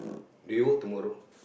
due tomorrow